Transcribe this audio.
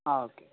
ആ ഓക്കെ